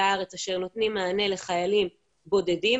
הארץ אשר נותנים מענה לחיילים בודדים,